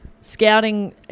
scouting